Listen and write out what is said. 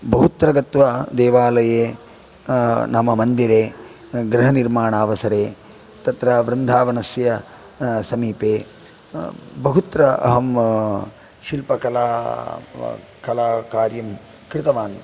बहुत्र गत्वा देवालये नाम मन्दिरे गृहनिर्माणावसरे तत्र वृन्धावनस्य समीपे बहुत्र अहं शिल्पकला कलाकार्यं कृतवान्